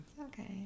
okay